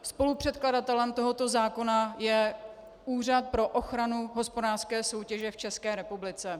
Spolupředkladatelem tohoto zákona je Úřad pro ochranu hospodářské soutěže v České republice.